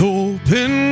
open